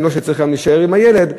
לא שלא צריכים להישאר עם הילד,